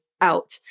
out